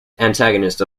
antagonist